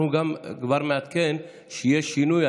כבר נעדכן שיש שינוי,